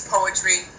Poetry